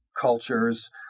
cultures